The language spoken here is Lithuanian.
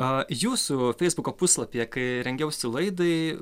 a jūsų feisbuko puslapyje kai rengiausi laidai